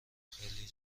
خیلی